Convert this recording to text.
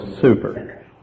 super